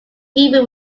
even